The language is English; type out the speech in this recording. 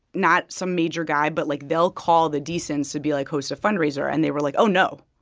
not some major guy. but, like, they'll call the deasons to be, like, host a fundraiser. and they were, like, oh, no.